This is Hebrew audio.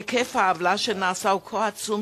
היקף העוולה שנעשה הוא כה עצום,